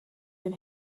den